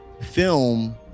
film